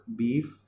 beef